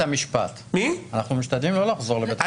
אנחנו משתדלים לא לחזור לבית המשפט.